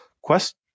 Quest